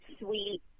sweet